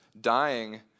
dying